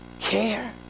care